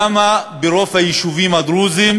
למה ברוב היישובים הדרוזיים